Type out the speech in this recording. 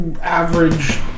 Average